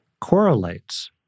correlates